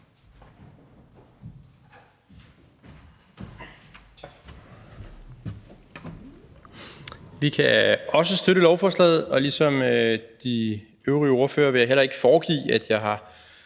Vi kan også støtte lovforslaget, og ligesom de øvrige ordførere vil jeg heller ikke foregive, at jeg har